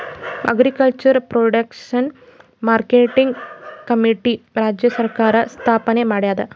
agriculture producer marketing committee ರಾಜ್ಯ ಸರ್ಕಾರ್ ಸ್ಥಾಪನೆ ಮಾಡ್ಯಾದ